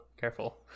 Careful